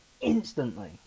instantly